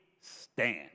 stand